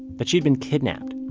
but she had been kidnapped